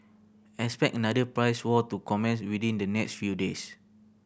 expect another price war to commence within the next few days